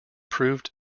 proved